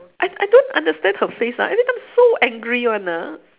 I I don't understand her face ah every time so angry one ah